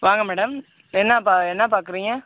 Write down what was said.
வாங்க மேடம் என்ன பா என்ன பார்க்குறீங்க